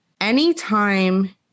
Anytime